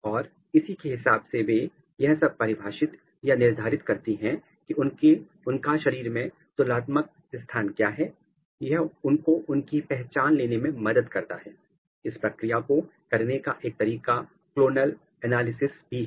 और इसी के हिसाब से वे यह परिभाषित या निर्धारित करती हैं की उनका शरीर में तुलनात्मक स्थान क्या है और यह उनको उनकी पहचान लेने में मदद करता है इस प्रक्रिया को करने का एक तरीका क्लोनल एनालिसिस भी है